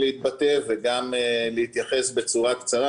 אנחנו משרד שמתפקד ומאפשר לכל תושבי מדינת ישראל לקבל את השירותים,